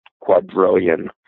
quadrillion